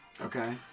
Okay